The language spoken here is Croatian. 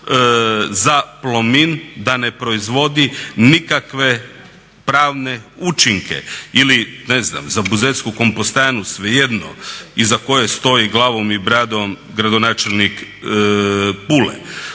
za Plomin da ne proizvodi nikakve pravne učinke ili ne znam za buzetsku kompostanu svejedno iza koje stoji glavom i bradom gradonačelnik Pule.